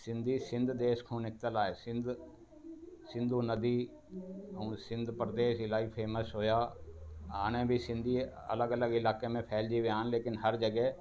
सिंधी सिंध देश खां निकितल आहे सिंध सिंधू नदी ऐं सिंध परदेश इलाही फ़ेमस हुया हाणे भी सिंधी अलॻि अलॻि इलाक़नि में फ़ैलिजी विया आहिनि लेकिन हर जॻह